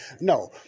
No